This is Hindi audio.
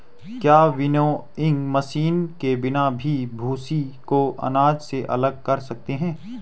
क्या विनोइंग मशीन के बिना भी भूसी को अनाज से अलग कर सकते हैं?